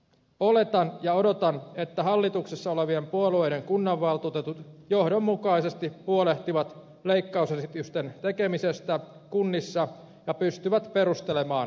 oletan ja odotan että hallituksessa olevien puolueiden kunnanvaltuutetut johdonmukaisesti huolehtivat leikkausesitysten tekemisestä kunnissa ja pystyvät perustelemaan ne hyvin